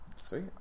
Sweet